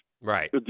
Right